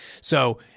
So-